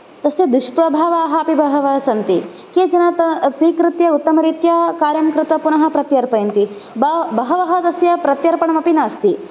तस्य दुष्प्रभावाः अपि बहवः सन्ति केचन तु स्वीकृत्य उत्तमरीत्या कार्यं कृत्वा पुनः प्रत्यर्पयन्ति ब बहवः तस्य प्रत्यर्पणमपि नास्ति